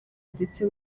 ndetse